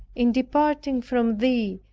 in departing from thee,